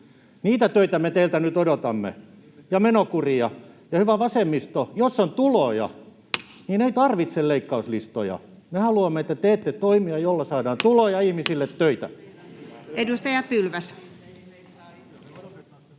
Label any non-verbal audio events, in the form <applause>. menokuria me teiltä nyt odotamme. Hyvä vasemmisto, jos on tuloja, <noise> niin ei tarvita leikkauslistoja. Me haluamme, että teette toimia, joilla saadaan tuloja ja ihmisille töitä. Edustaja Pylväs.